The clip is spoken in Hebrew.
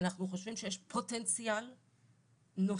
אנחנו חושבים שיש פוטנציאל נוסף